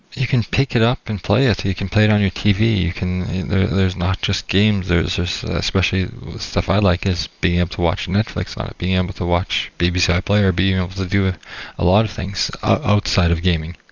you can pick it up and play it. you can play it on your tv, you can there's not just games. there's ah especially the stuff i like is being able to watch netflix on it, being able to watch bbc iplayer, being able to do a lot of things outside of gaming.